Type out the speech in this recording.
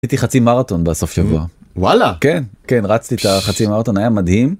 הייתי חצי מרתון בסוף שבוע. וואלה? כן, כן, רצתי את החצי מרתון, היה מדהים.